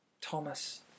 Thomas